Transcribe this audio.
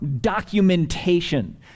documentation